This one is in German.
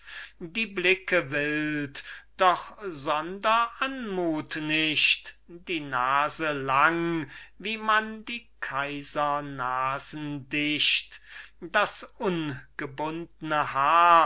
die blicke wild doch sonder anmut nicht die nase lang wie man die kaisernasen dichtt das ungebundne haar